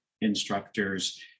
instructors